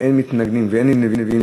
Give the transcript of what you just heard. אין מתנגדים ואין נמנעים.